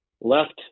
left